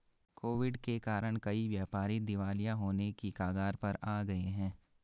Covid के कारण कई व्यापारी दिवालिया होने की कगार पर आ गए हैं